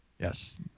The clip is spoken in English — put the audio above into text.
Yes